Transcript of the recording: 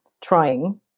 trying